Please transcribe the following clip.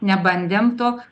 nebandėm to